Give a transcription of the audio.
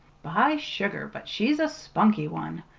by sugar but she's a spunky one!